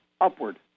upward